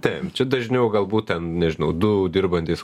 taip čia dažniau galbūt ten nežinau du dirbantys